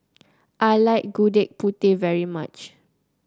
I like Gudeg Putih very much